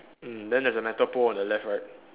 mm then there's a metal pole on the left right